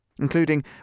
including